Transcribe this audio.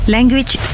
Language